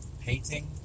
painting